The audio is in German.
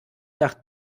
nach